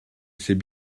c’est